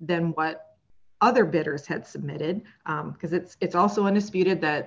than what other bidders had submitted because it's also undisputed that